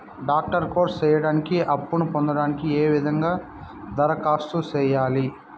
Doctor course సేయడానికి అప్పును పొందడానికి ఏ విధంగా దరఖాస్తు సేయాలి?